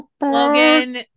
Logan